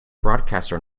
broadcaster